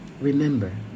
Remember